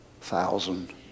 thousand